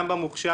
גם במוכש"ר.